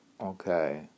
okay